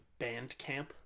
Bandcamp